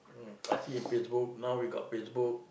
mm I see in Facebook now we got Facebook